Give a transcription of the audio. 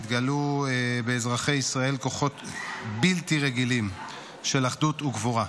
התגלו באזרחי ישראל כוחות בלתי רגילים של אחדות וגבורה.